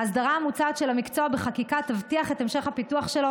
ההסדרה המוצעת של המקצוע בחקיקה תבטיח את המשך הפיתוח שלו